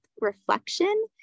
reflection